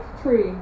tree